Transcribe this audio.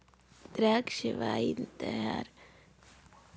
द्राक्षे वाईन तायार करण्यासाठी वापरली जातात